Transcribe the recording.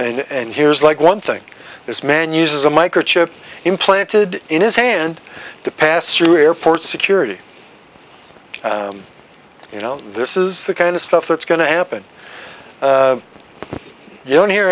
and here's like one thing this man uses a microchip implanted in his hand to pass through airport security you know this is the kind of stuff that's going to happen you don't hear